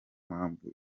mpamvu